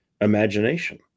imagination